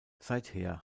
seither